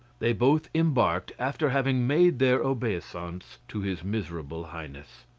they both embarked after having made their obeisance to his miserable highness.